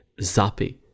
zappy